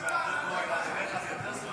אם זה מאלמוג כהן עד אליך זה יותר זמן,